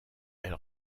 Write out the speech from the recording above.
elle